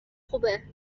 خوبه